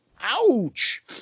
Ouch